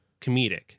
comedic